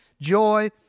joy